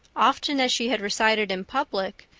often as she had recited in public,